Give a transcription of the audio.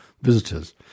visitors